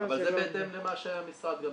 אבל זה בהתאם גם למה שהמשרד דרש.